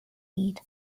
mead